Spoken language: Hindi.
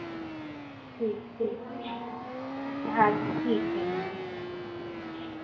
ठीक ठीक अच्छा ठीक है दीदी